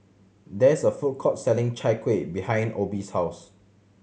there is a food court selling Chai Kueh behind Obie's house